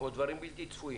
לדברים בלתי צפויים.